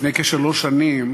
לפני כשלוש שנים